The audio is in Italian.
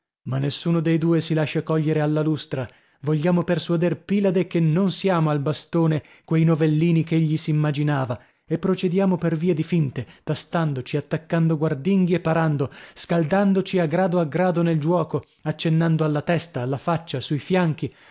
ma nessuno dei due si lascia cogliere alla lustra vogliamo persuader pilade che non siamo al bastone quei novellini che egli s'immaginava e procediamo per via di finte tastandoci attaccando guardinghi e parando scaldandoci a grado a grado nel giuoco accennando alla testa alla faccia sui fianchi